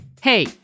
Hey